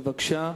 בבקשה.